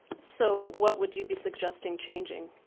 so, what would you be suggesting changing?